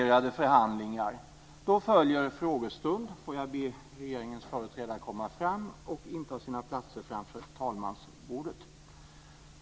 Jag önskar regeringens ledamöter välkomna till dagens frågestund.